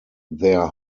their